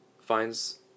Finds